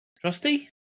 Trusty